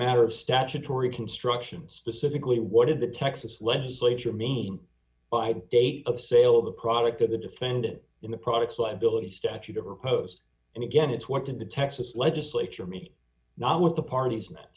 matter of statutory construction specifically what did the texas legislature mean by date of sale of the product of the defendant in the products liability statute of repose and again it's what did the texas legislature meet not what the parties